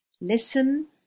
Listen